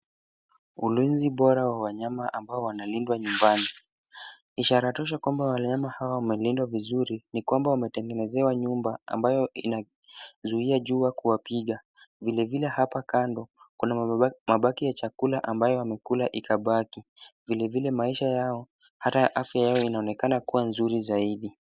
Ulinzi bora wa wanyama ambao wanalindwa nyumbani. Ishara tosha kwamba wanyama hawa wamelinda vizuri ni kwamba wametengenezewa nyumba ambayo inazuia jua kuwapiga. Vilevile hapa kando kuna mabaki ya chakula ambayo wamekula ikabaki. Vilevile maisha yao, hata afya yao inaonekana kuwa nzuri zaidi.